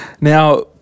Now